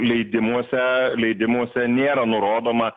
leidimuose leidimuose nėra nurodoma